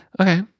Okay